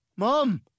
Mom